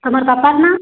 ତମର୍ ବାପାର୍ ନାଁ